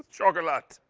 and chocolate.